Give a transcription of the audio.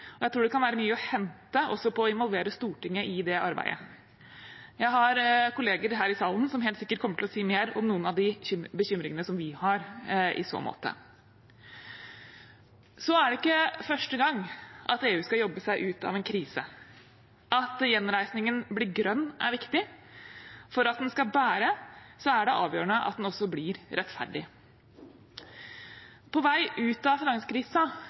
Jeg tror det kan være mye å hente på også å involvere Stortinget i det arbeidet. Jeg har kolleger her i salen som helt sikkert kommer til å si mer om noen av de bekymringene vi har i så måte. Det er ikke første gang EU skal jobbe seg ut av en krise. At gjenreisningen blir grønn, er viktig. For at den skal bære, er det avgjørende at den også blir rettferdig. På vei ut av